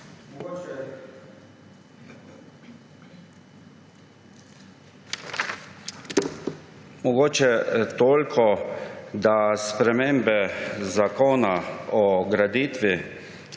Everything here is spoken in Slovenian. Mogoče toliko, da sprememba zakona o graditvi